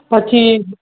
પછી